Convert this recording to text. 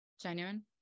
genuine